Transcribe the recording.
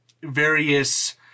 various